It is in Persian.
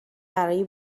برای